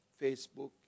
Facebook